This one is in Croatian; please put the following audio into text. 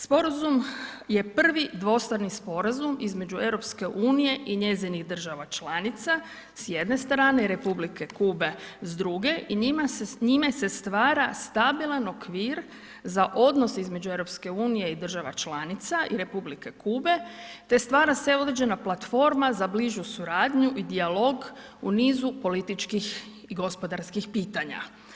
Sporazum je prvi dvostrani sporazum između EU-a i njezinih država članica s jedne strane i Republike Kube s druge i njime se stabilan okvir za odnos između EU-a i država članica i Republike Kube te stvara se određena platforma za bližu suradnju i dijalog u nizu političkih i gospodarskih pitanja.